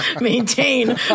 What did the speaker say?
maintain